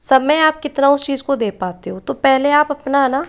समय आप कितना उसे चीज़ को दे पाते हो तो पहले आप अपना है ना